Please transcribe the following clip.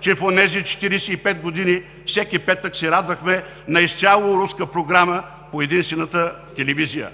че в онези 45 години всеки петък, „се радвахме“ на изцяло руска програма по единствената телевизия.